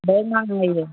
बहुत महंगा है यह